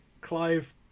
Clive